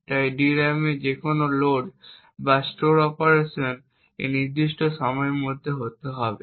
তাই DRAM তে যে কোনো লোড বা স্টোর অপারেশন এই নির্দিষ্ট সময়ের মধ্যে হতে হবে